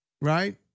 right